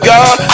God